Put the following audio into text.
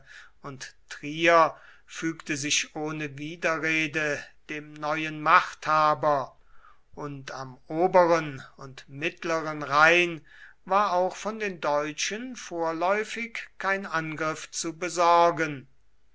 und trier fügte sich ohne widerrede dem neuen machthaber und am oberen und mittleren rhein war auch von den deutschen vorläufig kein angriff zu besorgen